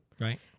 right